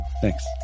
Thanks